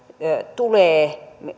tulee